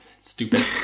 Stupid